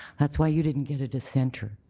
that's why you didn't get a dissenter.